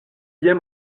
bien